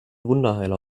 wunderheiler